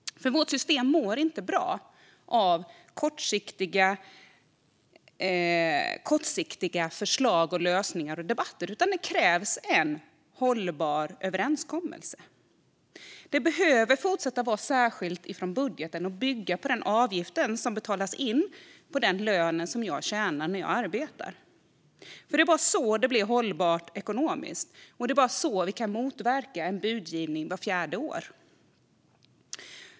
Vårt system mår inte bara av kortsiktiga förslag, lösningar och debatter. Det krävs en hållbar överenskommelse. Det behöver fortsätta att vara skilt från budgeten och bygga på den avgift som betalas in på den lön som jag tjänar när jag arbetar. Det var så det blev hållbart ekonomiskt. Det är bara så vi kan motverka en budgivning vart fjärde år.